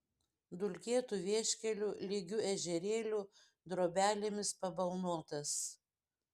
dulkėtu vieškeliu lygiu ežerėliu drobelėmis pabalnotas